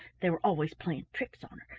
they were always playing tricks on her,